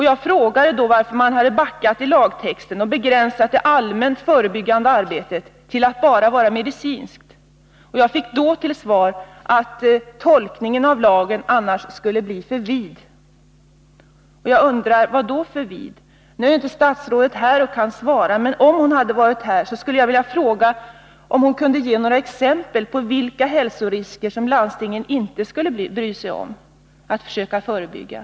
Jag frågade då varför man hade backat i lagtexten och begränsat det allmänt förebyggande arbetet till att vara bara medicinskt. Jag fick då till svar att tolkningen av lagen annars skulle kunna bli för vid. Jag undrar: På vilket sätt för vid? Nu är inte statsrådet här och kan ge svar. Men om hon hade varit här skulle jag velat fråga om hon kunde ge några exempel på vilka hälsorisker som landstingen inte skulle bry sig om att försöka förebygga.